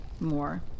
more